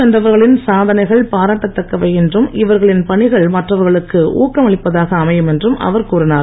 வென்றவர்களின் சாதனைகள் பாராட்டத்தக்கவை என்றும் இவர்களின் பணிகள் மற்றவர்களுக்கு ஊக்கமளிப்பதாக அமையும் என்றும் அவர் கூறினார்